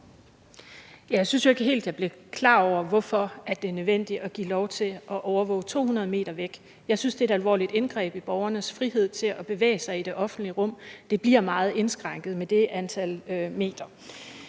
Jeg synes jo ikke helt, jeg blev klar over, hvorfor det er nødvendigt at give lov til at overvåge 200 m væk. Jeg synes, det er et alvorligt indgreb i borgernes frihed til at bevæge sig i det offentlige rum. Det bliver meget indskrænket med det antal meter.